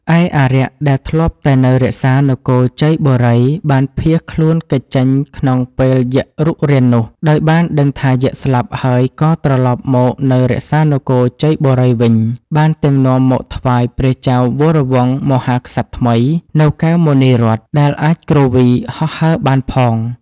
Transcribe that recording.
ឯអារក្ស ដែលធ្លាប់តែនៅរក្សានគរជ័យបូរី បានភៀសខ្លួនគេចចេញក្នុងពេលយក្សរុករាននោះ ដោយបានដឹងថាយក្សស្លាប់ហើយក៏ត្រឡប់មកនៅរក្សានគរជ័យបូរីវិញ បានទាំងនាំមកថ្វាយព្រះចៅវរវង្សមហាក្សត្រថ្មី នូវកែវមណីរត្ន ដែលអាចគ្រវី ហោះហើរបានផង។